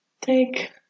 Take